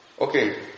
okay